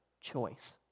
choice